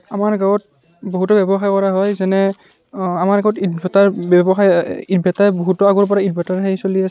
আমাৰ গাঁৱত বহুতো ব্য়ৱসায় কৰা হয় যেনে আমাৰ গাঁৱত ইটভাটাৰ ব্য়ৱসায় ইটভাটাৰ বহুতো আগৰ পৰাই ইটভাটাৰ সেই চলি আছে